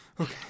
okay